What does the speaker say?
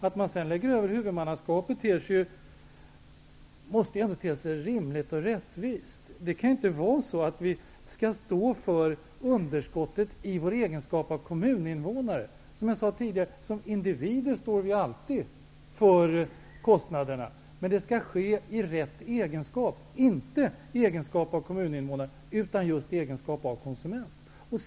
Att man sedan lägger över huvudmannaskapet måste ändå te sig rimligt och rättvist. Det kan inte vara så att vi skall stå för underskottet i vår egenskap av kommuninvånare. Som jag sade tidigare står vi som individer alltid för kostnaderna. Men det skall ske i rätt egenskap -- inte i egenskap av kommuninvånare utan i egenskap av konsument.